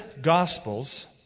Gospels